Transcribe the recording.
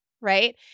right